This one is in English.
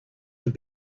have